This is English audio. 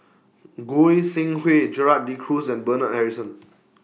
Goi Seng Hui Gerald De Cruz and Bernard Harrison